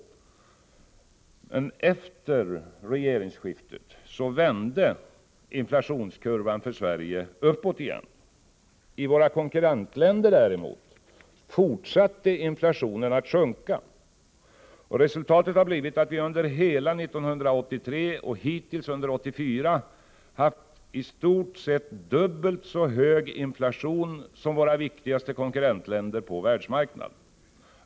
Efter regeringsskiftet vände inflationskurvan för Sverige uppåt igen. I våra konkurrentländer däremot fortsatte inflationen att sjunka. Resultatet har blivit att Sverige under hela 1983 och hittills under 1984 haft i stort sett dubbelt så hög inflation som våra viktigaste konkurrentländer på världsmarknaden.